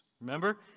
remember